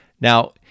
Now